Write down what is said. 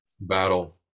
battle